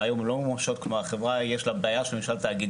והיום החברה יש לה בעיה מבחינתנו,